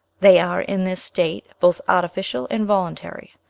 they are, in this state, both artificial and voluntary.